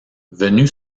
venu